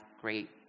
great